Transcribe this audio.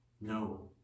No